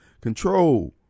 control